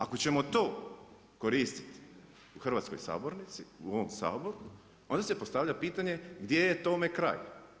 Ako ćemo to koristiti u hrvatskoj sabornici, u ovom Saboru, onda se postavlja potanje gdje je tome kraj?